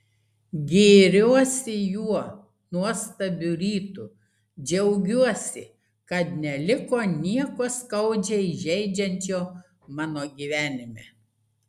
gėriuosi juo nuostabiu rytu džiaugiuosi kad neliko nieko skaudžiai žeidžiančio mano gyvenime